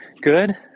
good